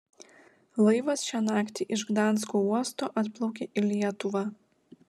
laivas šią naktį iš gdansko uosto atplaukė į lietuvą